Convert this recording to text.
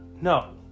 No